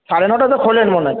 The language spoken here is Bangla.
সাড়ে নটায় তো খোলে মনে হয়